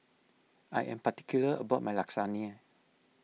I am particular about my Lasagne